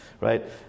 right